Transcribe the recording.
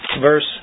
verse